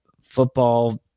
football